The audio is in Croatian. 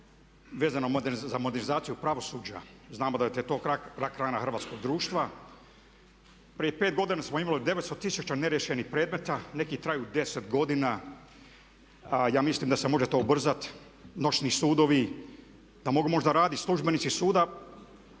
vezano za modernizaciju pravosuđa. Znamo da je grana hrvatskog društva. Prije 5 godina smo imali 900 tisuća neriješenih predmeta, neki traju 10 godina a ja mislim da se može to ubrzati, noćni sudovi, da mogu možda raditi službenici suda,